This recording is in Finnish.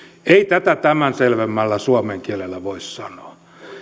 ei tätä tämän selvemmällä suomen kielellä voi sanoa